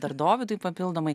dar dovydui papildomai